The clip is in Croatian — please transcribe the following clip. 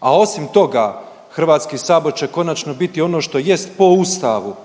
A osim toga, HS će konačno biti ono što jest po Ustavu,